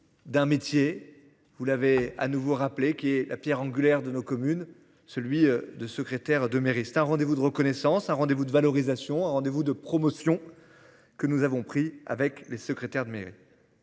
d'un métier. Vous l'avez à nouveau rappelé qui est la Pierre angulaire de nos communes, celui de secrétaire de mairie rendez-vous de reconnaissance a rendez-vous de valorisation a rendez vous de promotion. Que nous avons pris avec les secrétaires de mairie.